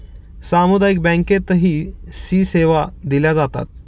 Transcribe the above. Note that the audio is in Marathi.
सामुदायिक बँकेतही सी सेवा दिल्या जातात